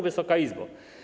Wysoka Izbo!